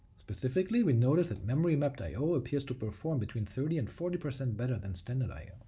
specifically, we notice that memory mapped i o appears to perform between thirty and forty percent better than standard i ah